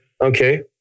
Okay